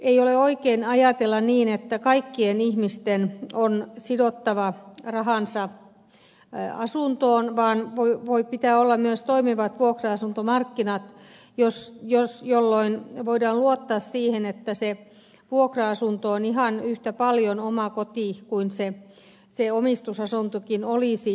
ei ole oikein ajatella niin että kaikkien ihmisten on sidottava rahansa asuntoon vaan pitää olla myös toimivat vuokra asuntomarkkinat jolloin voidaan luottaa siihen että se vuokra asunto on ihan yhtä paljon oma koti kuin se omistusasuntokin olisi